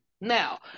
now